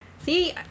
see